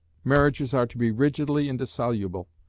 marriages are to be rigidly indissoluble,